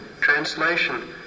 Translation